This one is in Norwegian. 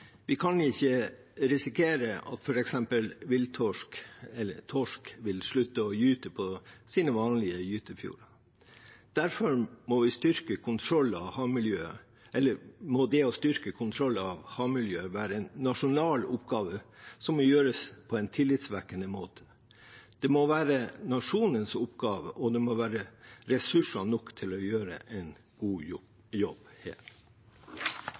Vi kan f.eks. ikke risikere at torsk vil slutte å gyte i sine vanlige gytefjorder. Derfor må det å styrke kontrollen av havmiljøet være en nasjonal oppgave, som må gjøres på en tillitvekkende måte. Det må være nasjonens oppgave, og det må være ressurser nok til å gjøre en god jobb.